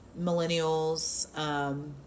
millennials